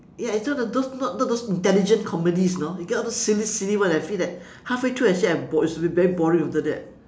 ya it's all the those not not the intelligent comedies you know you get all those silly silly one I feel that half way through I see I bored should be very boring after that